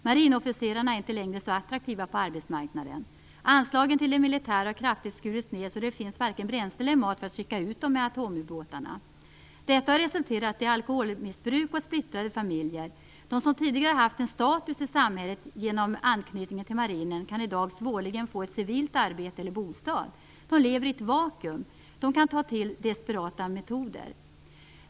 Marinofficerarna är inte längre så attraktiva på arbetsmarknaden. Anslagen till det militära har kraftigt skurits ned. Det finns varken bränsle eller mat för att skicka ut militärer i atomubåtarna. Detta har resulterat i alkoholmissbruk och splittrade familjer. De som tidigare har haft status i samhället genom anknytning till marinen kan i dag svårligen få ett civilt arbete eller någon bostad. De lever i ett vakuum och kan ta till desperata metoder.